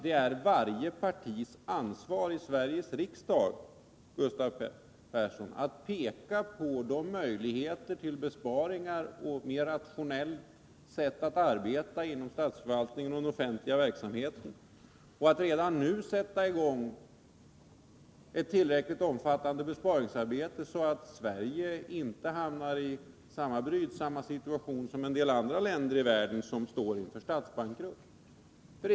Det är varje partis ansvar i Sveriges riksdag, Gustav Persson, att peka på möjligheter till besparingar och mer rationella sätt att arbeta inom statsförvaltningen och den offentliga verksamheten. Vi måste redan nu sätta i gång ett omfattande besparingsarbete, så att Sverige inte hamnar i samma situation som en del andra länder i världen, som står inför statsbankrutt.